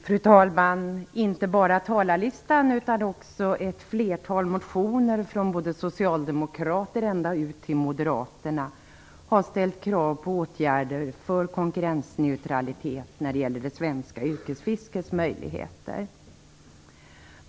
Fru talman! Inte bara talarlistan utan också ett flertal motioner, både från socialdemokrater och ända ut till moderaterna, har ställt krav på åtgärder för konkurrensneutralitet när det gäller det svenska yrkesfiskets möjligheter.